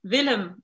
Willem